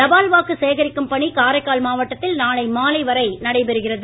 தபால் வாக்கு சேகரிக்கும் பணி காரைக்கால் மாவட்டத்தில் நாளை மாலை வரை நடைபெறுகிறது